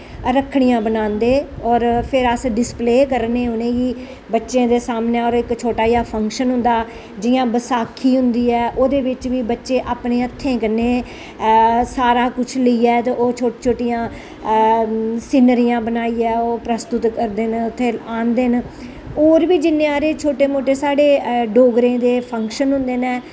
रखड़ियां बनांदे होर फिर अस डिस्पले करने उ'नें गी बच्चे दे सामने होर इक छोटा जेहा फंक्शन होंदा जि'यां बसाखी होंदी ऐ ओहदे बिच बी बच्चे अपने हत्थें कन्नै सारा कुछ लेइयै ते ओह् छोटी छोटियां सीनरियां बनाइयै ओह् प्रस्तुत करदे न उ'त्थें आह्नदे न होर बी जि'न्ने हारे छोटे मोटे साढ़े डोगरें दे फंक्शन होंदे न